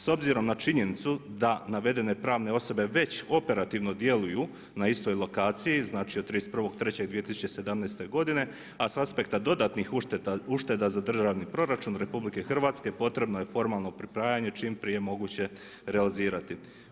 S obzirom na činjenicu da navedene pravne osobe već operativno djeluju na istoj lokaciji, znači, od 31.3.2017. godine, a sa aspekta dodatnih ušteda za državni proračun RH, potrebno je formalno pripajanje čim prije moguće realizirati.